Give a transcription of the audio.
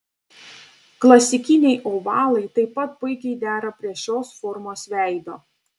klasikiniai ovalai taip pat puikiai dera prie šios formos veido